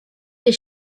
des